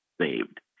saved